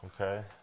okay